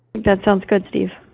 that sounds good, steve.